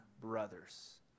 brothers